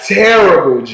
terrible